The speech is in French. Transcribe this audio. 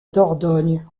dordogne